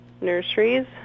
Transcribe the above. nurseries